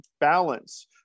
balance